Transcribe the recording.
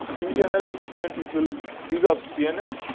in general, when people dig up cnns,